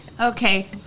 okay